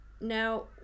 Now